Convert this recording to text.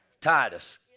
Titus